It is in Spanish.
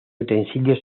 utensilios